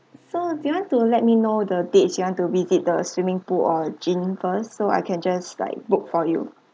so do you want to let me know the dates you want to visit the swimming pool or gym first so I can just like book for you